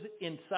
inside